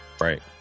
Right